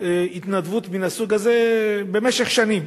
התנדבות מן הסוג הזה במשך שנים.